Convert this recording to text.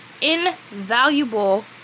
invaluable